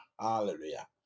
Hallelujah